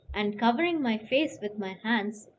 and, covering my face with my hands,